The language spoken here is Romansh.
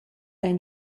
ein